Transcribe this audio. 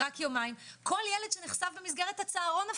כל ילד שנחשף אפילו בצהרון,